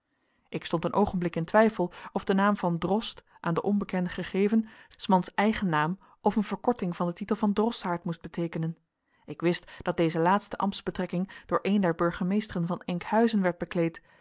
ik stond een oogenblik in twijfel of de naam van drost aan den onbekende gegeven s mans eigen naam of een verkorting van den titel van drossaard moest beteekenen ik wist dat deze laatste ambtsbetrekking door een der burgemeesteren van enkhuizen werd bekleed